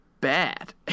bad